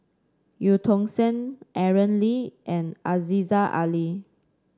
Eu Tong Sen Aaron Lee and Aziza Ali